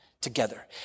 together